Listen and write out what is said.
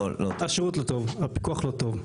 השירות לא טוב, הפיקוח לא טוב.